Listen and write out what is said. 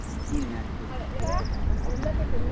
gaining access is our help desk.